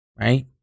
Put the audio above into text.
right